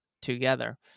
together